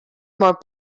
more